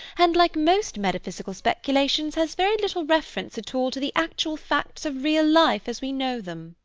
and like most metaphysical speculations has very little reference at all to the actual facts of real life, as we know them.